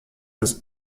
ist